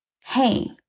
hey